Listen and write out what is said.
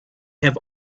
have